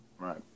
Right